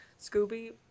Scooby